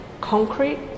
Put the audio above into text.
concrete